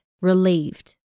relieved